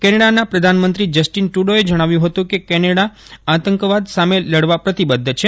કેનેડાના પ્રધાનમંત્રી જસ્ટિન ટૂરોએ જણાવ્યું હતું કે કેનેડા આતંકવાદ સામે લડવા પ્રતિબધ્ધ છે